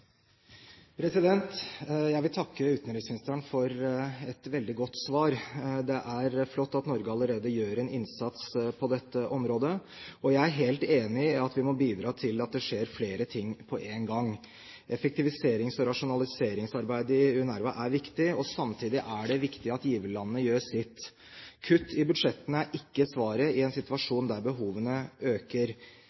fremtid. Jeg vil takke utenriksministeren for et veldig godt svar. Det er flott at Norge allerede gjør en innsats på dette området, og jeg er helt enig i at vi må bidra til at det skjer flere ting på én gang. Effektiviserings- og rasjonaliseringsarbeidet i UNRWA er viktig, og samtidig er det viktig at giverlandene gjør sitt. Kutt i budsjettene er ikke svaret i en